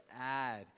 add